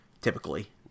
typically